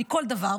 מכל דבר.